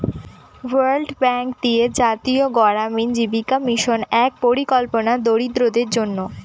world bank দিয়ে জাতীয় গড়ামিন জীবিকা মিশন এক পরিকল্পনা দরিদ্রদের জন্য